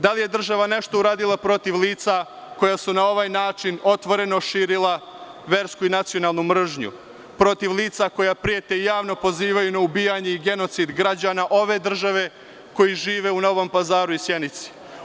Da li je država nešto uradila protiv lica koja su na ovaj način otvoreno širila versku i nacionalnu mržnju, protiv lica koja prete i javno pozivaju na ubijanje i genocid građana ove države koji žive u Novom Pazaru i Sjenici?